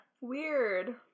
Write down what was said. Weird